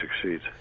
succeeds